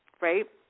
right